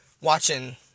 watching